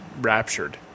raptured